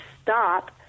stop